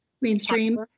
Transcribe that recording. mainstream